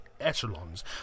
echelons